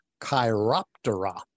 chiroptera